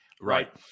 right